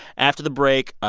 after the break, ah